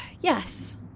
Yes